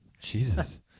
Jesus